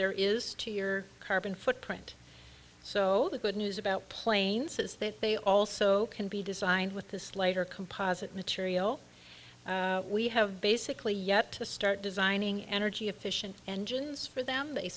there is to your carbon footprint so the good news about planes is that they also can be designed with this later composite material we have basically yet to start designing energy efficient engines for them they